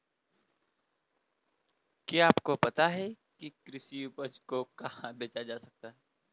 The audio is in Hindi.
क्या आपको पता है कि कृषि उपज को कहाँ बेचा जा सकता है?